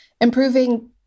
Improving